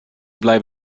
bleiben